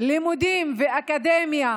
שלימודים ואקדמיה